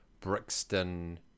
Brixton